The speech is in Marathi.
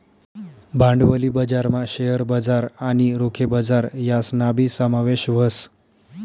भांडवली बजारमा शेअर बजार आणि रोखे बजार यासनाबी समावेश व्हस